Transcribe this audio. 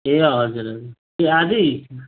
ए हजुर हजुर ए आजै